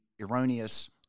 erroneous